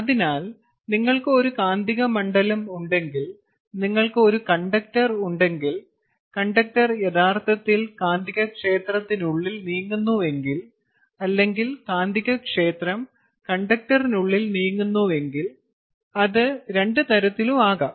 അതിനാൽ നിങ്ങൾക്ക് ഒരു കാന്തിക മണ്ഡലം ഉണ്ടെങ്കിൽ നിങ്ങൾക്ക് ഒരു കണ്ടക്ടർ ഉണ്ടെങ്കിൽ കണ്ടക്ടർ യഥാർത്ഥത്തിൽ കാന്തികക്ഷേത്രത്തിനുള്ളിൽ നീങ്ങുന്നുവെങ്കിൽ അല്ലെങ്കിൽ കാന്തികക്ഷേത്രം കണ്ടക്ടറിനുള്ളിൽ നീങ്ങുന്നുവെങ്കിൽ അത് രണ്ട് തരത്തിലും ആകാം